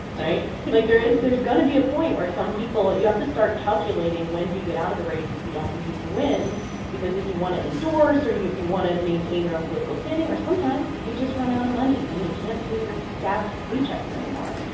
right? yeah like, there is there's going to be a point where, some people, you have to start calculating when do you get out of the race if you don't think you can win because if you want to endorse, or you if you want to maintain your own political standing, or sometimes you just run out of money, and you can't pay your staff's paychecks anymore.